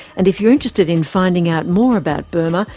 and if you're interested in finding out more about burma,